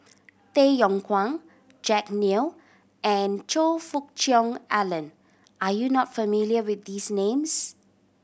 Tay Yong Kwang Jack Neo and Choe Fook Cheong Alan are you not familiar with these names